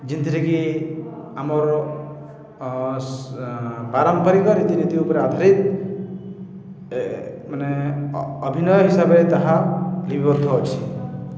ଯେନ୍ଥିରେକି ଆମର୍ ପାରମ୍ପରିକ ରୀତିନୀତି ଉପରେ ଆଧାରିତ ମାନେ ଅଭିନୟ ହିସାବରେ ତାହା ଲିପିବଦ୍ଧ ଅଛି